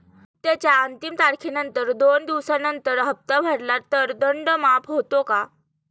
हप्त्याच्या अंतिम तारखेनंतर दोन दिवसानंतर हप्ता भरला तर दंड माफ होतो का?